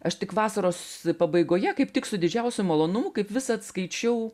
aš tik vasaros pabaigoje kaip tik su didžiausiu malonumu kaip visad skaičiau